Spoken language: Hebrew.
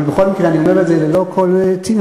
אבל בכל מקרה אני אומר את זה ללא כל ציניות.